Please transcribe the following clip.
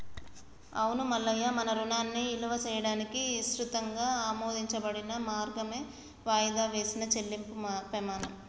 అవును మల్లయ్య మన రుణాన్ని ఇలువ చేయడానికి ఇసృతంగా ఆమోదించబడిన మార్గమే వాయిదా వేసిన చెల్లింపుము పెమాణం